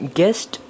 guest